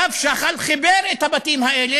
צו שחל חיבר את הבתים האלה,